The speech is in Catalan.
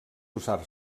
usar